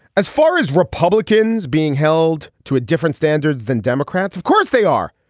as far as republicans being held to a different standard than democrats of course they are.